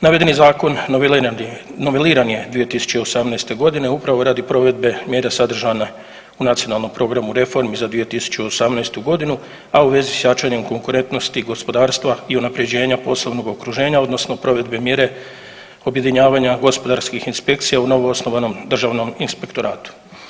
Navedeni zakon noveliran je 2018. godine upravo radi provedbe mjere sadržane u Nacionalnom programu reformi za 2018. godinu, a u vezi s jačanjem konkurentnosti gospodarstva i unapređenja poslovnog okruženja odnosno provedbe mjere objedinjavanja gospodarskih inspekcija u novoosnovanom državnom inspektoratu.